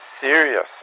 serious